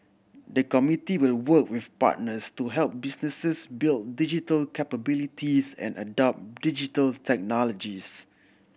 the committee will work with partners to help businesses build digital capabilities and adopt Digital Technologies